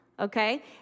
Okay